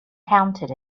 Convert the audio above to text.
counted